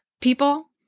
people